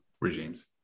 regimes